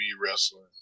Wrestling